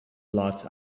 blots